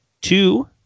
two